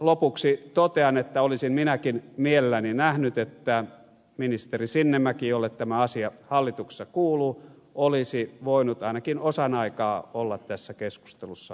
lopuksi totean että olisin minäkin mielelläni nähnyt että ministeri sinnemäki jolle tämä asia hallituksessa kuuluu olisi voinut ainakin osan aikaa olla tässä keskustelussa